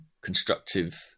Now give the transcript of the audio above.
constructive